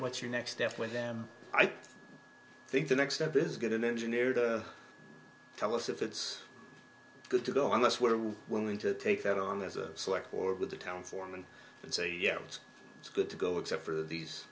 what your next step with them i think the next step is to get an engineer to tell us if it's good to go unless we're willing to take that on as a selector or with the town foreman and say yeah it's good to go except for these